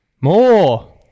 More